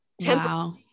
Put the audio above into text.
wow